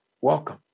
welcome